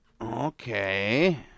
Okay